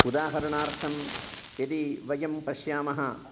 उदाहरणार्थं यदि वयं पश्यामः